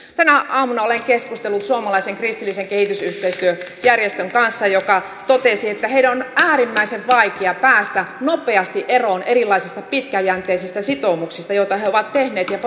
tänä aamuna olen keskustellut suomalaisen kristillisen kehitysyhteistyöjärjestön kanssa joka totesi että heidän on äärimmäisen vaikea päästä nopeasti eroon erilaisista pitkäjänteisistä sitoumuksista joita he ovat tehneet ja projekteista